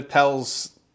tells